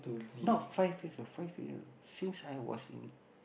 not five years ah five year since I was in